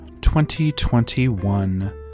2021